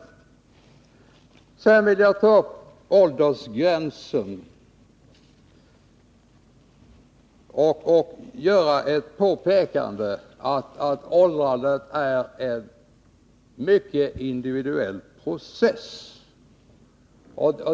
Sedan vill jag ta upp frågan om åldersgränsen och påpeka att åldrandet är en mycket individuell process.